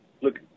look